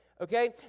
Okay